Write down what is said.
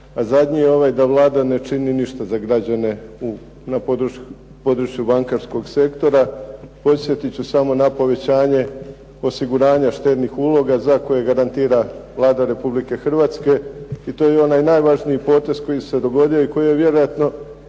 a zadnji je ovaj da Vlada ne čini ništa za građane na području bankarskog sektora. Podsjetit ću samo na povećanje osiguranja štednih uloga za koje garantira Vlada Republike Hrvatske i to je onaj najvažniji potez koji se dogodio i koji je vjerojatno